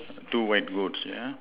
two white goats yeah